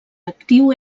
actiu